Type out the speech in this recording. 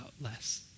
less